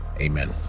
Amen